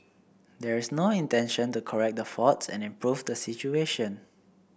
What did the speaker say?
there is no intention to correct the faults and improve the situation